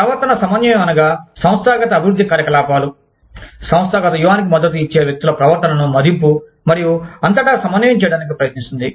ప్రవర్తన సమన్వయం అనగా సంస్థాగత అభివృద్ధి కార్యకలాపాలు సంస్థాగత వ్యూహానికి మద్దతు ఇచ్చే వ్యక్తుల ప్రవర్తనను మదింపు మరియు అంతటా సమన్వయం చేయడానికి ప్రయత్నిస్తుంది